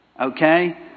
Okay